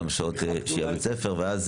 גם שעות בשביל בית הספר,